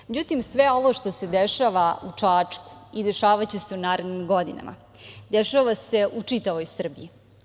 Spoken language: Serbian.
Međutim, sve ovo što se dešava u Čačku i dešavaće se u narednim godinama, dešava se u čitavoj Srbiji.